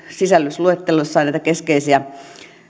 sisällysluettelosta löytyy näitä keskeisiä